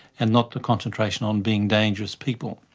and not the concentration on being dangerous people.